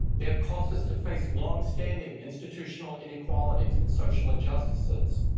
they have caused us to face long-standing institutional inequalities and social injustices.